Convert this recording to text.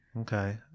Okay